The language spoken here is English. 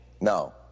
No